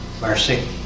Mercy